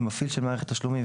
"מפעיל" של מערכת תשלומים,